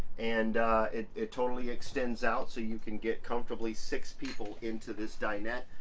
and it it totally extends out so you can get, comfortably, six people into this dinette.